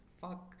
fuck